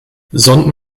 sonden